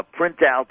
printout